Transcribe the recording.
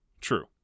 True